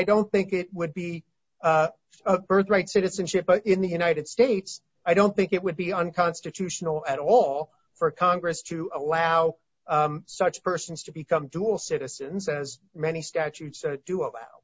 don't think it would be a birthright citizenship but in the united states i don't think it would be unconstitutional at all for congress to allow such persons to become dual citizens as many statutes do